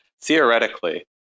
Theoretically